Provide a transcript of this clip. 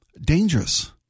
Dangerous